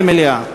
למליאה.